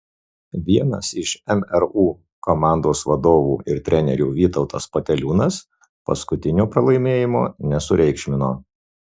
vienas iš mru komandos vadovų ir trenerių vytautas poteliūnas paskutinio pralaimėjimo nesureikšmino